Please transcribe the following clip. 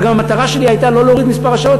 אבל גם המטרה שלי הייתה לא להוריד את מספר השעות.